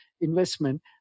investment